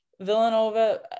Villanova